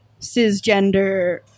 cisgender